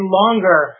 longer